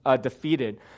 defeated